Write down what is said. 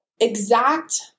exact